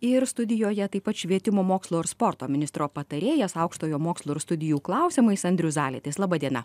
ir studijoje taip pat švietimo mokslo ir sporto ministro patarėjas aukštojo mokslo ir studijų klausimais andrius zalitis laba diena